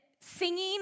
singing